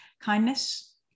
kindness